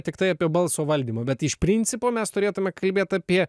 tiktai apie balso valdymą bet iš principo mes turėtume kalbėt apie